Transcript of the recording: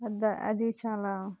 అద్ అది చాలా